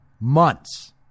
months